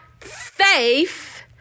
faith